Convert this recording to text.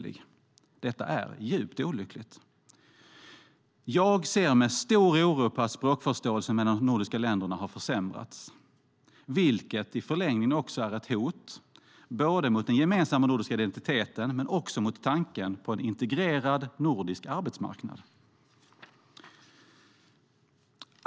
Man kunde helt enkelt inte förstå varandra. Detta är djupt olyckligt. Jag ser med stor oro på att språkförståelsen mellan de nordiska länderna har försämrats, vilket i förlängningen är ett hot både mot den gemensamma nordiska identiteten och mot tanken på en integrerad nordisk arbetsmarknad.